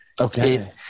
Okay